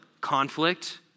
Conflict